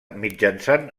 mitjançant